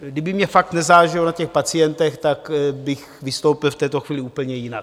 Kdyby mně fakt nezáleželo na těch pacientech, tak bych vystoupil v této chvíli úplně jinak.